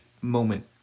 moment